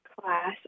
class